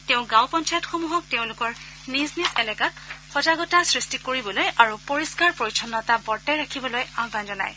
তেওঁ গাঁও পঞ্চায়তসমূহক তেওঁলোকৰ নিজ নিজ এলেকাত সজাগতা সৃষ্টি কৰিবলৈ আৰু পৰিষ্ণাৰ পৰিচ্ছন্নতা বৰ্তাই ৰাখিবলৈ আহান জনায়